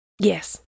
Yes